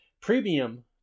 premium